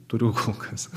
turiu kol kas